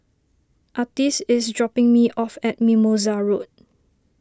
Artis is dropping me off at Mimosa Road